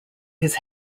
his